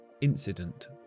incident